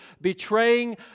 betraying